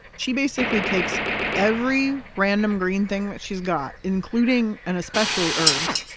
she basically takes every random green thing that she's got, including and especially herbs,